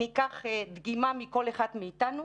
ניקח דגימה מכל אחד מאיתנו